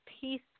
Peace